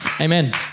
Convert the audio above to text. Amen